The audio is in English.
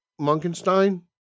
Munkenstein